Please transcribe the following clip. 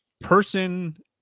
person